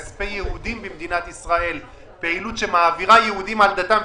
מכספי יהודים במדינת ישראל פעילות שמעבירה יהודים על דתם,